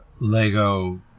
lego